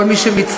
כל מי שמצטרפת,